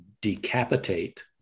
decapitate